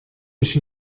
euch